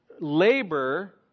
labor